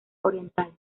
oriental